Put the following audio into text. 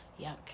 yuck